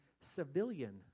civilian